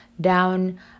down